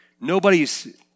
nobody's